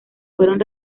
fueron